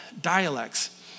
dialects